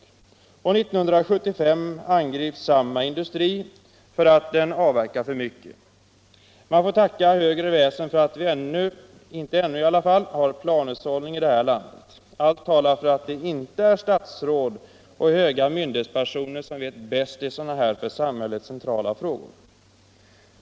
År 1975 angrips samma industri för att den avverkar för mycket. Man får tacka högre väsen för att vi i alla fall inte ännu har planhushållning i vårt land. Allt talar för att det inte är statsråd och höga myndighetspersoner som vet bäst i sådana här för samhället centrala frågor.